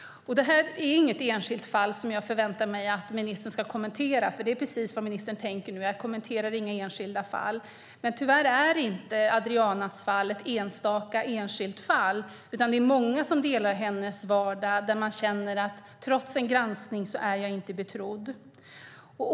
Det här är inget enskilt fall som jag förväntar mig att ministern kommenterar, för vad ministern nu tänker är just: Jag kommenterar inga enskilda fall. Tyvärr är fallet Adriana inte ett enstaka enskilt fall. Det är många som delar hennes vardag och som känner att trots granskning är man inte betrodd.